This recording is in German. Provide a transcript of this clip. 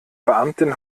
beamtin